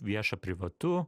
vieša privatu